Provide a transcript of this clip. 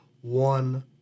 one